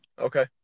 Okay